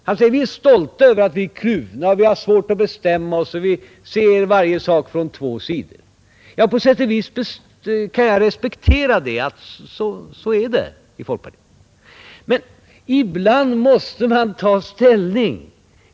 Han säger att vi är stolta över att vi är kluvna och vi har svårt att bestämma oss, vi ser varje sak från två sidor. På sätt och vis kan jag respektera att så är det i folkpartiet. Men ibland måste man ta ställning.